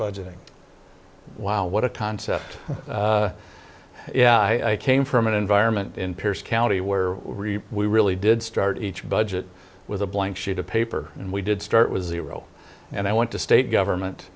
budgeting wow what a concept yeah i came from an environment in pierce county where we really did start each budget with a blank sheet of paper and we did start was the row and i want to state government